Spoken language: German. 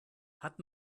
hat